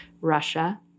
Russia